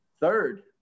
Third